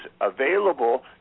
available